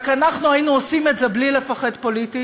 רק אנחנו היינו עושים את זה בלי לפחד פוליטית.